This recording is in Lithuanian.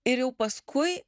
ir jau paskui